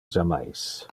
jammais